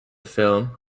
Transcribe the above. film